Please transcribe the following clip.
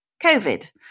COVID